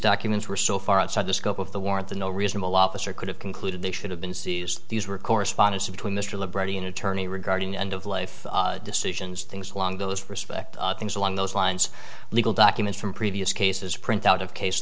documents were so far outside the scope of the warrant the no reasonable officer could have concluded they should have been seized these were correspondence between mr libretti an attorney regarding end of life decisions things along those respects things along those lines legal documents from previous cases printout of case